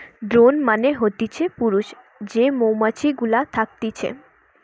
drone মানে হতিছে পুরুষ যে মৌমাছি গুলা থকতিছে